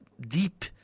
deep